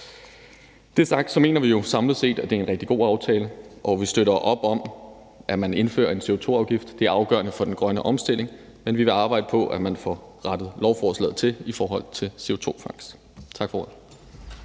det sagt mener vi jo samlet set, at det er en rigtig god aftale, og vi støtter op om, at man indfører en CO2-afgift. Det er afgørende for den grønne omstilling, men vi vil arbejde på, at man får rettet lovforslaget til i forhold til CO2-fangst. Tak for